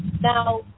Now